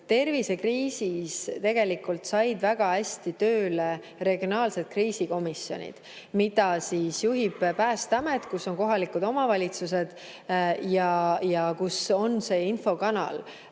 tervisekriisis said väga hästi tööle regionaalsed kriisikomisjonid, mida juhib Päästeamet, kus on kohalikud omavalitsused ja kus on see infokanal.